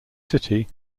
city